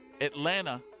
Atlanta